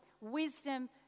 wisdom